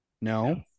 No